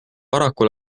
paraku